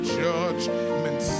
judgment